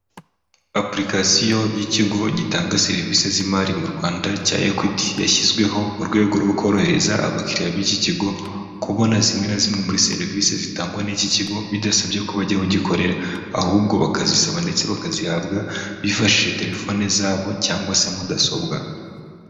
Apurikasiyo y'ikigo gitanga serivisi z'imari mu Rwanda cya ekwiti. Yashyizweho mu rwego rwo korohereza abakiriya b'iki kigo kubona zimwe na zimwe muri serivise zitangwa n'iki kigo bidasabye ko bajya aho gikorera, ahubwo bakazisaba ndetse bakazihabwa bifashishije terefone zabo cyangwa se mudasobwa.